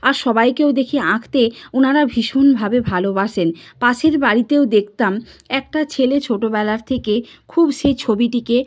আর সবাইকেও দেখি আঁকতে উনারা ভীষণভাবে ভালোবাসেন পাশের বাড়িতেও দেখতাম একটা ছেলে ছোটোবেলার থেকে খুব সে ছবিটিকে